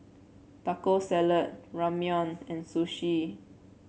Taco Salad Ramyeon and Sushi